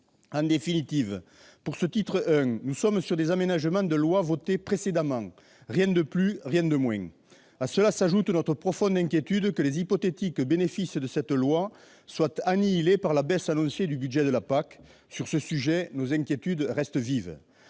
En définitive, avec ce titre I, il s'agit d'aménagements de lois votées précédemment ; rien de plus, rien de moins ! À cela s'ajoute notre profonde inquiétude que les hypothétiques bénéfices de cette loi soient annihilés par la baisse annoncée du budget de la PAC. Sur ce sujet, nos inquiétudes restent vives.